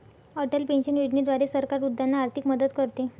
Atal pension योजनेद्वारे सरकार वृद्धांना आर्थिक मदत करते